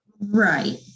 Right